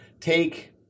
Take